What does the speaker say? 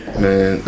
man